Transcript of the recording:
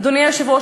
אדוני היושב-ראש,